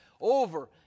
over